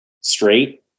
straight